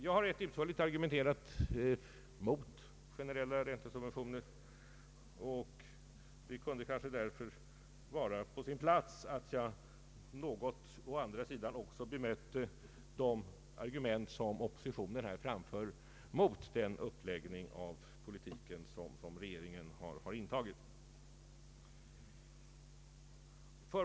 Jag har rätt utförligt argumenterat mot generella räntesubventioner, och det kunde kanske därför vara på sin plats att jag även något bemötte de argument som oppositionen framfört mot uppläggningen av regeringens politik.